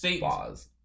pause